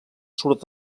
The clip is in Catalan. surt